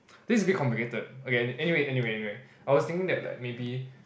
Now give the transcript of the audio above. this is a bit complicated okay anyway anyway anyway I was thinking that like maybe